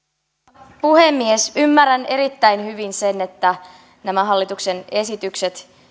arvoisa rouva puhemies ymmärrän erittäin hyvin sen että nämä hallituksen esitykset